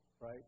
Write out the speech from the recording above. right